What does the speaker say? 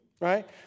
right